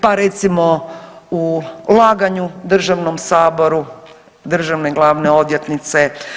Pa recimo u laganju državnom Saboru, državne glavne odvjetnice.